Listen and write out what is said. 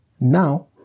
Now